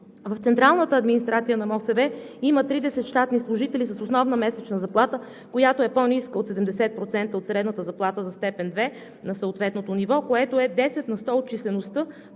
В Централната администрация на МОСВ има 30 щатни служители с основна месечна заплата, която е по-ниска от 70% от средната заплата за степен 2 на съответното ниво, което е 10 на сто от числеността,